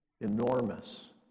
enormous